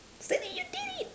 siti you did it